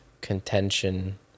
contention